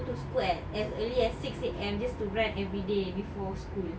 to school at as early as six A_M just to run everyday before school